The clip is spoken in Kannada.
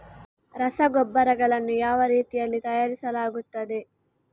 ರಸಗೊಬ್ಬರಗಳನ್ನು ಯಾವ ರೀತಿಯಲ್ಲಿ ತಯಾರಿಸಲಾಗುತ್ತದೆ?